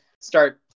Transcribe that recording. Start